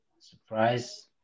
Surprise